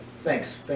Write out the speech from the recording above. Thanks